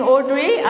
Audrey